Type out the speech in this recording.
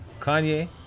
Kanye